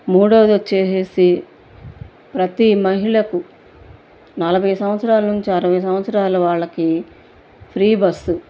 మూడవది వచ్చేసేసి ప్రతి మహిళకు నలభై సంవత్సరాల నుంచి అరవై సంవత్సరాల వాళ్ళకి ఫ్రీ బస్సు